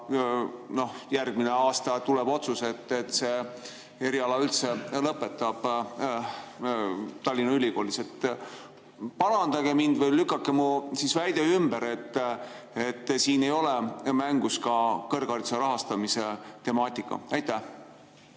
järgmine aasta tuleb otsus, et see eriala üldse lõpeb Tallinna Ülikoolis. Parandage mind või lükake mu väide ümber, et siin ei ole mängus ka kõrghariduse rahastamise temaatika. Suur